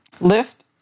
Lift